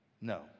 No